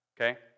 okay